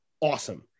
awesome